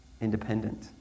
independent